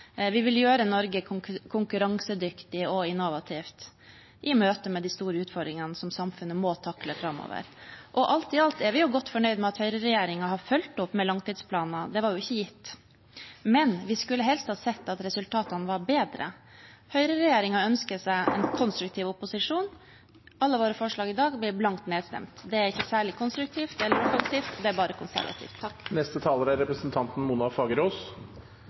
Vi vil gjøre Norge konkurransedyktig og innovativt i møte med de store utfordringene som samfunnet må takle framover. Alt i alt er vi godt fornøyd med at høyreregjeringen har fulgt opp med langtidsplaner. Det var jo ikke gitt. Men vi skulle helst ha sett at resultatene var bedre. Høyreregjeringen ønsker seg en konstruktiv opposisjon. Alle våre forslag i dag blir blankt nedstemt. Det er ikke særlig konstruktivt eller offensivt. Det er bare konservativt.